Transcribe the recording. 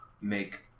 make